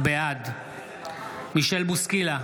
בעד מישל בוסקילה,